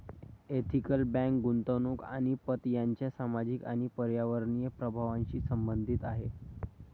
ethical bank गुंतवणूक आणि पत यांच्या सामाजिक आणि पर्यावरणीय प्रभावांशी संबंधित आहे